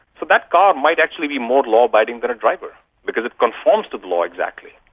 so that car might actually be more law-abiding than a driver because it conforms to the law exactly.